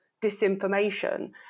disinformation